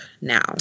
now